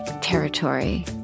territory